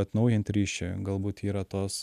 atnaujint ryšį galbūt yra tos